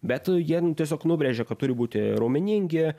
bet jie nu tiesiog nubrėžė kad turi būti raumeningi